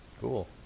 Cool